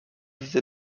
diese